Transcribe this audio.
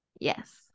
yes